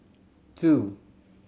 two